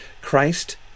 Christ